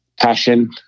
passion